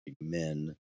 men